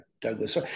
Douglas